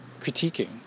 critiquing